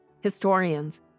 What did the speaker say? historians